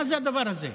מה זה הדבר הזה?